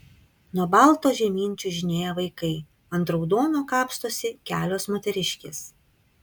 nuo balto žemyn čiuožinėja vaikai ant raudono kapstosi kelios moteriškės